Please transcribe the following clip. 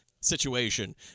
situation